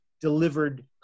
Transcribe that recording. delivered